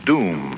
Doom